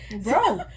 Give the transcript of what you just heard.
Bro